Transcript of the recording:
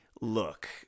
Look